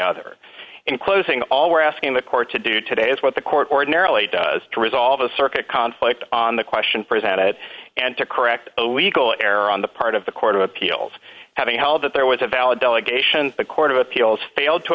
other in closing all we're asking the court to do today is what the court ordinarily does to resolve a circuit conflict on the question presented and to correct a legal error on the part of the court of appeals having held that there was a valid delegation the court of appeals failed to